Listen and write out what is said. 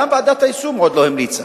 גם ועדת היישום עוד לא המליצה.